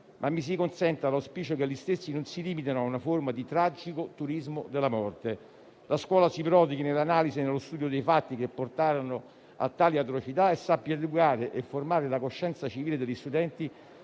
Ma mi si consenta l'auspicio che gli stessi non si limitino a una forma di tragico turismo della morte. La scuola si prodighi nell'analisi e nello studio dei fatti che portarono a tali atrocità e sappia educare e formare la coscienza civile degli studenti